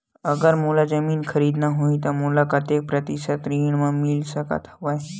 अगर मोला जमीन खरीदना होही त मोला कतेक प्रतिशत म ऋण मिल सकत हवय?